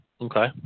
Okay